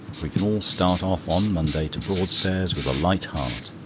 we can all start off on monday to broadstairs with a light heart.